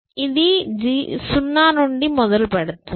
ఇది 0 నుండి మొదలుపెడుతుంది